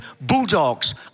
bulldogs